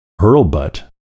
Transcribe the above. Hurlbutt